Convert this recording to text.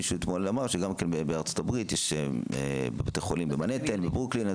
מישהו אתמול אמר שגם בארצות הברית יש בתי חולים במנהטן ובברוקלין,